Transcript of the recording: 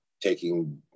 taking